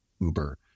Uber